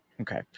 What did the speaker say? Okay